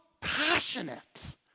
passionate